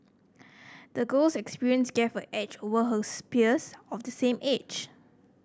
the girl's experience gave her edge over her peers of the same age